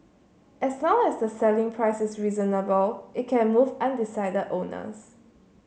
as long as the selling prices is reasonable it can move undecided owners